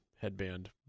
headband